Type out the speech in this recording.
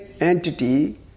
entity